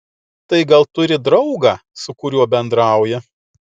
tai gal turi draugą su kuriuo bendrauja